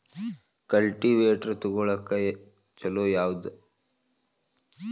Cultivator ತೊಗೊಳಕ್ಕ ಛಲೋ ಯಾವದ?